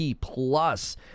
plus